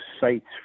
sites